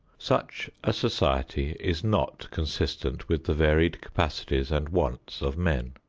such a society is not consistent with the varied capacities and wants of men.